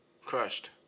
Crushed